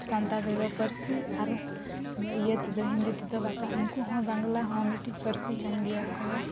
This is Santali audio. ᱥᱟᱱᱛᱟᱲ ᱛᱮᱫᱚ ᱯᱟᱹᱨᱥᱤ ᱟᱨ ᱤᱭᱟᱹ ᱛᱮᱫᱚ ᱦᱤᱱᱫᱤ ᱛᱮᱫᱚ ᱵᱷᱟᱥᱟ ᱩᱱᱠᱩᱦᱚᱸ ᱵᱟᱝᱞᱟᱦᱚᱸ ᱢᱤᱫᱴᱤᱡ ᱯᱟᱹᱨᱥᱤ ᱠᱟᱱ ᱜᱮᱭᱟ ᱠᱚ